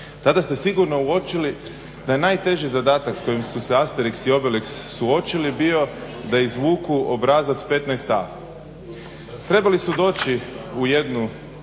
tada ste sigurno uočili da je najteži zadatak s kojim su se Asterix i Obelix suočili bio da izvuku obrazac 15 A. Trebali su doći u jedno